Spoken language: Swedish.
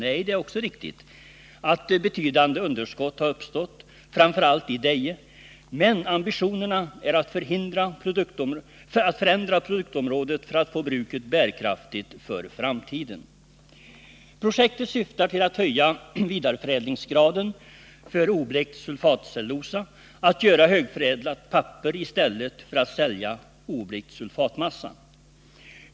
Nej, det är också riktigt att betydande underskott uppstått, framför allt i Deje, men ambitionen är att förändra produktområdet för att få bruket bärkraftigt för framtiden. Projektet syftar till att höja vidareförädlingsgraden för oblekt sulfatcellulosa samt till att göra högförädlat papper i stället för att sälja oblekt sulfatmassa.